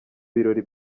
birori